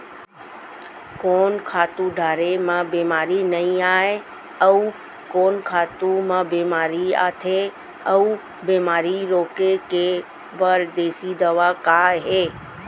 कोन खातू डारे म बेमारी नई आये, अऊ कोन खातू म बेमारी आथे अऊ बेमारी रोके बर देसी दवा का हे?